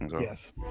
Yes